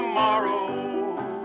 tomorrow